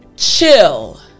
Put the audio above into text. Chill